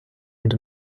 und